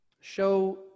show